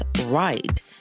right